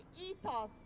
ethos